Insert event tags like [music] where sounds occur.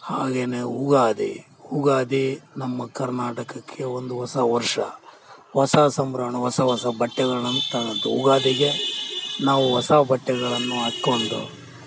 ಹಾಗೇಯೇ ಉಗಾದಿ ಉಗಾದಿ ನಮ್ಮ ಕರ್ನಾಟಕಕ್ಕೆ ಒಂದು ಹೊಸ ವರ್ಷ ಹೊಸ ಸಂಭ್ರಮ ಹೊಸ ಹೊಸ ಬಟ್ಟೆಗಳನ್ನು [unintelligible] ಯುಗಾದಿಗೆ ನಾವು ಹೊಸ ಬಟ್ಟೆಗಳನ್ನು ಹಾಕೊಂಡು